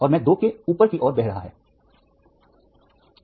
और मैं 2 जो ऊपर की ओर बह रहा है